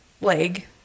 leg